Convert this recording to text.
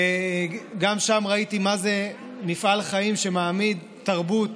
וגם שם ראיתי מה זה מפעל חיים שמעמיד תרבות